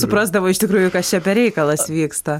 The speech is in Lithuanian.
suprasdavo iš tikrųjų kas čia per reikalas vyksta